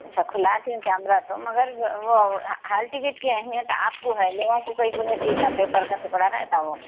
اچھا کھلا کیمرہ تو مگر وہ ہال ٹکٹ کی اہمیت آپ کو ہے لوگوں کو کائی کو رہتی اتنا پیپر کا ٹکڑا رہتا وہ